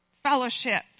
fellowship